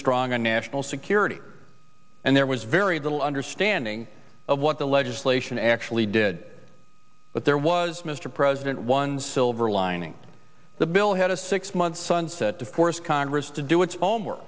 strong on national security and there was very little understanding of what the legislation actually did but there was mr president one silver lining the bill had a six month sunset of course congress to do its own work